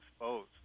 exposed